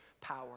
power